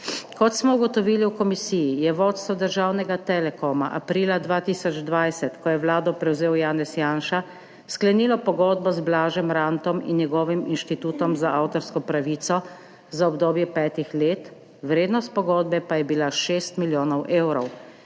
Kot smo ugotovili v komisiji, je vodstvo državnega Telekoma aprila 2020, ko je vlado prevzel Janez Janša, sklenilo pogodbo z Blažem Rantom in njegovim Inštitutom za avtorsko pravico za obdobje petih let, vrednost pogodbe pa je bila šest milijonov evrov.